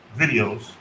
videos